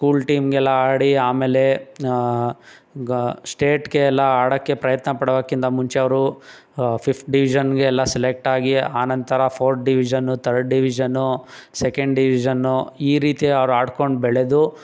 school ಟೀಮ್ಗೆಲ್ಲ ಆಡಿ ಆಮೇಲೆ ಸ್ಟೇಟ್ಗೆ ಎಲ್ಲ ಆಡೋಕ್ಕೆ ಪ್ರಯತ್ನ ಪಡೋಕ್ಕಿಂತ ಮುಂಚೆ ಅವರು ಫಿಫ್ತ್ ಡಿವಿಷನ್ಗೆಲ್ಲ ಸೆಲೆಕ್ಟ್ ಆಗಿ ಆನಂತರ fourth division third division second division ಈ ರೀತಿ ಅವ್ರು ಆಡ್ಕೊಂಡು ಬೆಳೆದು